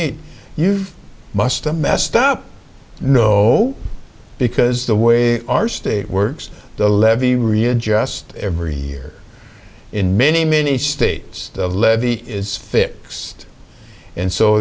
eight you must a messed up no because the way our state works the levee readjust every year in many many states lead the is fixed and so